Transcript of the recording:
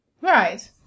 Right